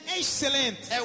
excelente